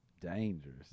Dangerous